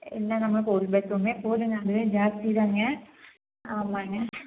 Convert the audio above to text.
இல்லை நமக்கு ஒரு பெட்ரூமே போதுங்க அதுவே ஜாஸ்தி தாங்க ஆமாம்ங்க